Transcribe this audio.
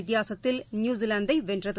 வித்தியாசத்தில் நியுசிலாந்தைவென்றது